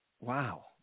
Wow